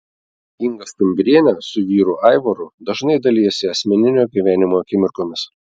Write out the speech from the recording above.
inga stumbrienė su vyru aivaru dažnai dalijasi asmeninio gyvenimo akimirkomis